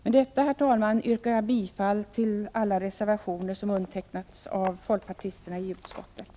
Med detta, herr talman, yrkar jag bifall till alla reservationer som undertecknats av folkpartisterna i utskottet.